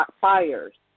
fires